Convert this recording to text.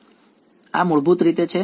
વિદ્યાર્થી આ મૂળભૂત રીતે છે